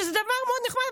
שזה דבר מאוד נחמד,